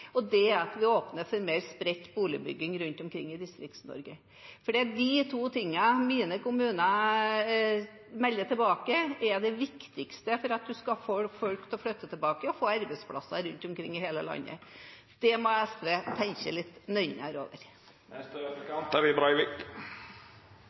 og det er at vi åpner for mer spredt boligbygging rundt omkring i Distrikts-Norge. Det er de to tingene mine kommuner melder tilbake at er det viktigste for at man skal få folk til å flytte tilbake og få arbeidsplasser rundt omkring i hele landet. Det må SV tenke litt nøyere over.